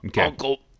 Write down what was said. Uncle